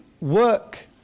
work